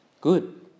good